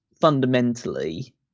fundamentally